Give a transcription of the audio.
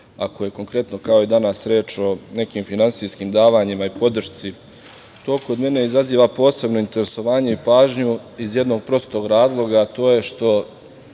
ako je konkretno kao danas reč o nekim finansijskim davanjima i podršci, to kod mene izaziva posebno interesovanje i pažnju iz jednog prostog razloga, a to je što